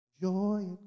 joy